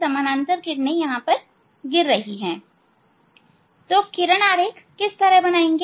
समानांतर किरण यहां गिर रही हैं किरण आरेख किस तरह बनाएंगे